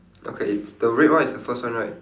okay it's the red one is the first one right